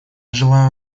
желаю